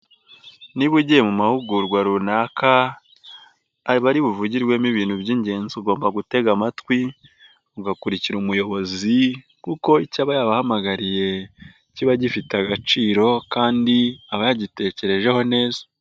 Niba ugiye mu mahugurwa runaka aba ari buvugirwemo ibintu by'ingenzi ugomba gutega amatwi, ugakurikira umuyobozi kuko icyo aba yabahamagariye kiba gifite agaciro kandi aba yagitekerejeho neza.